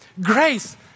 Grace